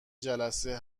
جلسه